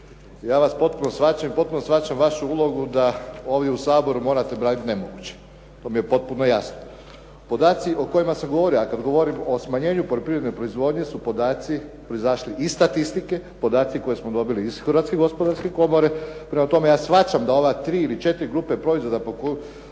ja vas potpuno shvaćam i potpuno shvaćam vašu ulogu da ovdje u Saboru morate braniti nemoguće, to mi je potpuno jasno. Podaci o kojima se govori a kad govorim o smanjenju poljoprivredne proizvodnje su podaci proizašli iz statistike, podaci koje smo dobili ih Hrvatske gospodarske komore. Prema tome, ja shvaćam da ove tri ili četiri grupe proizvoda po